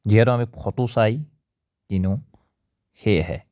যিহেতু আমি ফ'টো চাই কিনো সেয়েহে